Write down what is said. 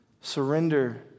surrender